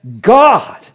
God